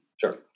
Sure